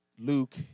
Luke